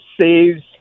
saves